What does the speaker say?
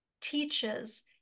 teaches